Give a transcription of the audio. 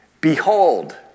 Behold